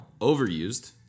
overused